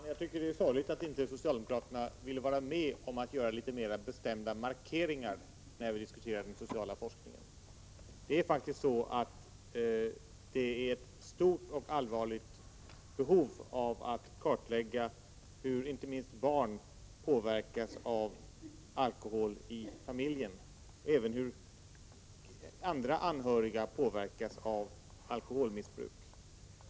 Herr talman! Det är sorgligt att inte socialdemokraterna vill vara med om att göra bestämda markeringar när vi diskuterar den sociala forskningen. Det finns ett stort och allvarligt behov av att kartlägga hur inte minst barn påverkas av alkohol i familjen och även hur andra anhöriga påverkas av alkoholmissbruk.